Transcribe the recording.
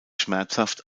schmerzhaft